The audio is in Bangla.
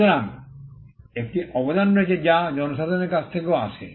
সুতরাং একটি অবদান রয়েছে যা জনসাধারণের কাছ থেকেও আসে